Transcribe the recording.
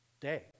Day